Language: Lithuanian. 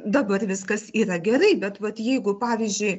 dabar viskas yra gerai bet vat jeigu pavyzdžiui